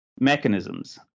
mechanisms